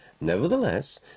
Nevertheless